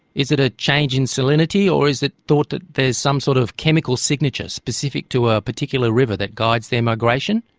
is it a change in salinity or is it thought that there is some sort of chemical signature specific to a particular river that guides their migration?